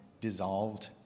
dissolved